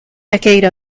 decade